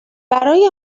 برای